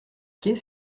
qu’est